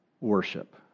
worship